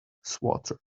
swatter